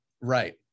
right